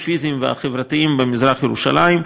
הפיזיים והחברתיים במזרח-ירושלים.